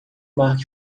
mark